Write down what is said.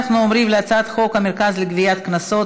אנחנו עוברים להצעת חוק המרכז לגביית קנסות,